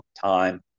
time